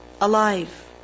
alive